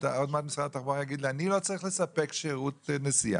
עוד מעט משרד התחבורה יגיד לי "אני לא צריך לספק שירות נסיעה".